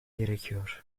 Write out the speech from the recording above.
gerekiyor